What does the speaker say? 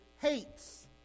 hates